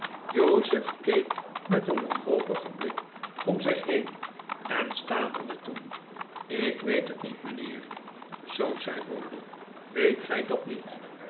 jozef keek met een wanhopigen blik om zich heen en stamelde toen ik weet het niet mijnheer zoo zei wardle weet gij dat niet